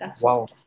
Wow